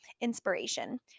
Inspiration